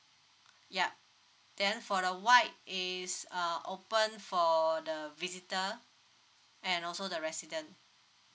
yup then for the white is uh open for the visitor and also the resident